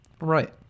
right